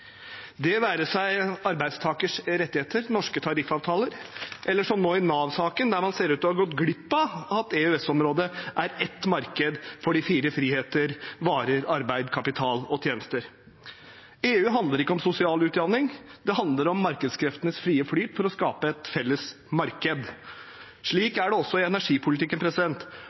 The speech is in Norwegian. det være seg arbeidstakers rettigheter, norske tariffavtaler eller som nå i Nav-saken, der man ser ut til å ha gått glipp av at EØS-området er ett marked for de fire friheter: varer, arbeid, kapital og tjenester. EU handler ikke om sosial utjamning, det handler om markedskreftenes frie flyt for å skape et felles marked. Slik er det også i energipolitikken.